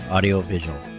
Audiovisual